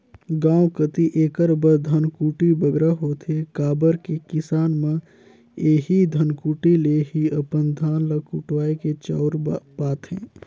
गाँव कती एकर बर धनकुट्टी बगरा होथे काबर कि किसान मन एही धनकुट्टी ले ही अपन धान ल कुटवाए के चाँउर पाथें